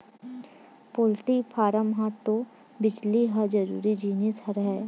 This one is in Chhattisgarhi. पोल्टी फारम म तो बिजली ह जरूरी जिनिस हरय